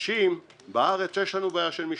אנשים בארץ יש לנו בעיה של משמעת,